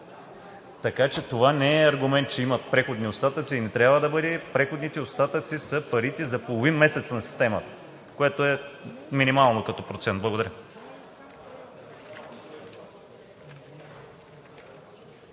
Така че това не е аргумент, че имат преходни остатъци и не трябва да бъде. Преходните остатъци са парите за половин месец на системата, което е минимално като процент. Благодаря.